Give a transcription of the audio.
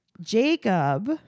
Jacob